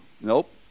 Nope